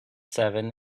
seven